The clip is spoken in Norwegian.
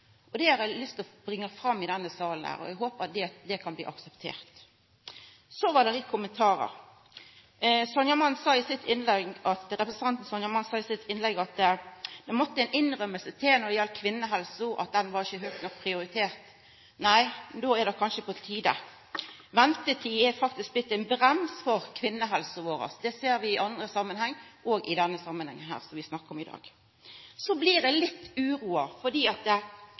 årevis. Det har eg lyst til å bringa fram i denne salen her, og eg håpar at det kan bli akseptert. Så var det nokre kommentarar: Representanten Sonja Mandt sa i sitt innlegg at det måtte ei innrømming til når det galdt kvinnehelsa: Ho var ikkje høgt nok prioritert. Nei, då er det kanskje på tide. Ventetid er faktisk blitt ein brems for kvinnehelsa vår. Det ser vi i andre samanhengar – òg i denne samanhengen som vi snakkar om i dag. Så blir eg litt uroa,